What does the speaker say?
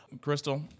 Crystal